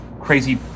crazy